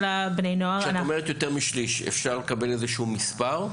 כשאת אומרת יותר משליש, אפשר לקבל איזשהו מספר?